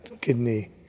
kidney